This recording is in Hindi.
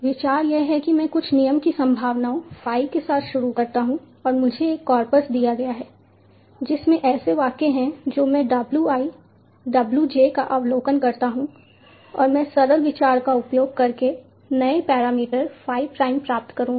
विचार यह है कि मैं कुछ नियमों की संभावनाओं phi के साथ शुरू करता हूँ और मुझे एक कॉरपस दिया गया है जिसमें ऐसे वाक्य हैं जो मैं W i W j का अवलोकन करता हूं और मैं सरल विचार का उपयोग करके नए पैरामीटर phi prime प्राप्त करूंगा